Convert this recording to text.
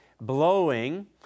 blowing